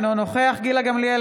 אינו נוכח גילה גמליאל,